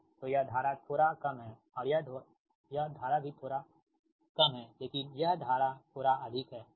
तो यह धारा थोड़ा कम है और यह थोड़ा अधिक हैठीक